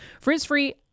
Frizz-free